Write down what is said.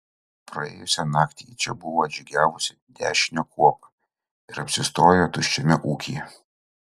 praėjusią naktį į čia buvo atžygiavusi dešinio kuopa ir apsistojo tuščiame ūkyje